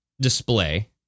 display